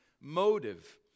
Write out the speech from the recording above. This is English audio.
motive